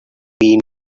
been